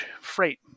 freight